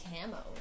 camo